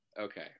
Okay